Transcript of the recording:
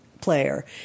player